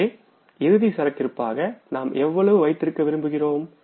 எனவே இறுதி சரக்கிருப்பாக நாம் எவ்வளவு வைத்திருக்க விரும்புகிறோம்